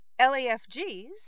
LAFGs